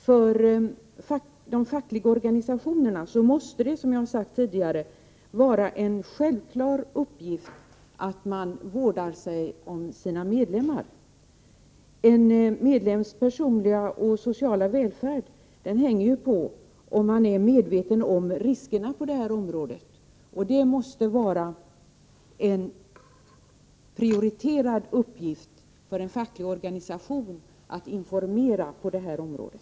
För de fackliga organisationerna måste det vara, som jag sagt tidigare, en självklar uppgift att vårda om sina medlemmar. En medlems personliga och sociala välfärd hänger på om man är medveten om riskerna i det här sammanhanget. En facklig organisation måste prioritera uppgiften att informera på det här området.